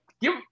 give